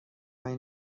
این